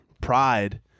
pride